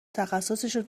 تخصصشون